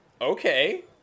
Okay